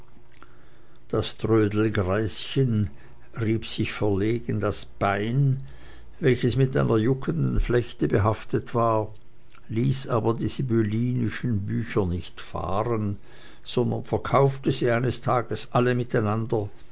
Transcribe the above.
das trödelgreischen rieb sich verlegen das bein welches mit einer juckenden flechte behaftet war ließ aber die sibyllinischen bücher nicht fahren sondern verkaufte sie eines tages alle miteinander